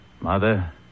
Mother